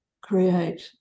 create